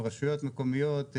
רשויות מקומיות,